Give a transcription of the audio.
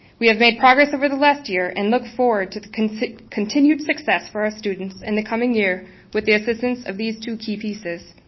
we have made progress over the last year and look forward to the continued success for our students in the coming year with the assistance of these two key pieces.